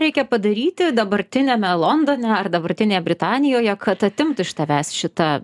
reikia padaryti dabartiniame londone ar dabartinėje britanijoje kad atimtų iš tavęs šitą